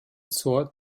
zur